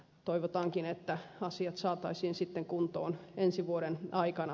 toivotaankin että asiat saataisiin sitten kuntoon ensi vuoden aikana